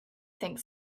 think